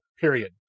period